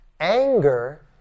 Anger